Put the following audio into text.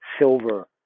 Silver